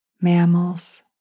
mammals